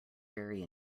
very